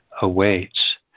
awaits